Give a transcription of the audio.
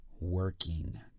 working